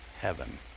heaven